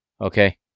Okay